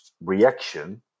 reaction